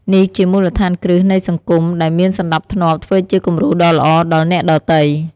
នេះជាមូលដ្ឋានគ្រឹះនៃសង្គមដែលមានសណ្ដាប់ធ្នាប់ធ្វើជាគំរូដ៏ល្អដល់អ្នកដទៃ។